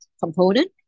component